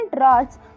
rods